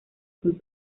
con